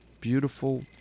Beautiful